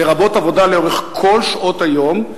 לרבות עבודה לאורך כל שעות היום,